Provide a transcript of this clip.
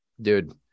Dude